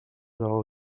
are